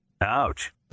Ouch